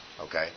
okay